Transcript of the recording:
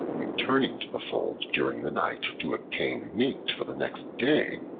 returning to the fold during the night to obtain meat for the next day,